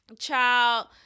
child